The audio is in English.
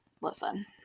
Listen